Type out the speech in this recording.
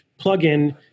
plugin